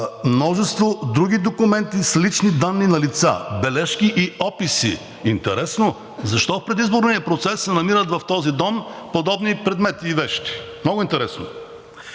Множество други документи с лични данни на лица, бележки и описи. Интересно защо в предизборния процес се намират в този дом подобни предмети и вещи? Много интересно!